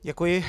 Děkuji.